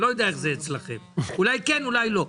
אני לא יודע איך זה אצלכם, אולי כן ואולי לא.